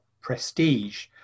prestige